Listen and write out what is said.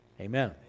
Amen